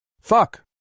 Fuck